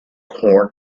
corn